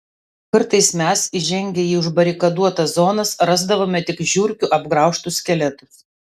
kartais mes įžengę į užbarikaduotas zonas rasdavome tik žiurkių apgraužtus skeletus